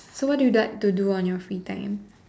so what do you like to do on your free time